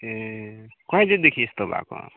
ए कहिलेदेखि यस्तो भएको